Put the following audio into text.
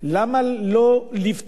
למה לא לפתוח